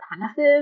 passive